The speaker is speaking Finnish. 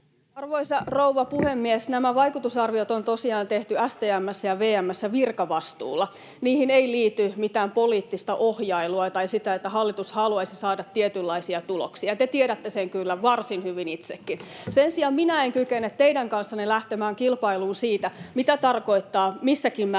Arvoisa rouva puhemies! Nämä vaikutusarviot on tosiaan tehty STM:ssä ja VM:ssä virkavastuulla, niihin ei liity mitään poliittista ohjailua tai sitä, että hallitus haluaisi saada tietynlaisia tuloksia. Te tiedätte sen kyllä varsin hyvin itsekin. Sen sijaan minä en kykene teidän kanssanne lähtemään kilpailuun siitä, mitä tarkoittaa missäkin määrin